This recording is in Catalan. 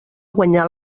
guanyà